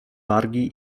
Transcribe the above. wargi